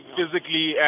Physically